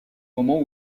moment